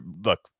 look